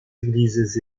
églises